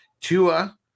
Tua